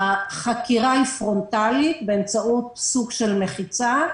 החקירה היא פרונטלית באמצעות סוג של מחיצה.